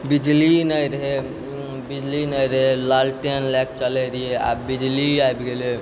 बिजली नहि रहै बिजली नहि रहै लालटेन लऽ कऽ चलै रहिए आबऽ बिजली आबि गेलै